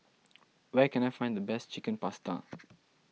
where can I find the best Chicken Pasta